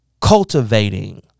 cultivating